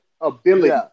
ability